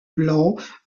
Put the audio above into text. blancs